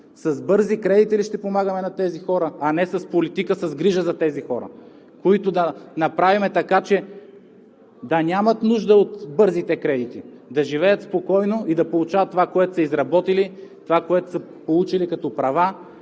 с бързи кредити ли ще помагаме на тези хора, а не с политика, с грижа за хората, за които да направим така, че да нямат нужда от бързите кредити, да живеят спокойно и да получават това, което са изработили, това, което са получили като права,